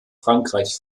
frankreich